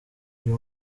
uyu